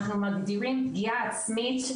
אנחנו מגדירים פגיעה עצמית,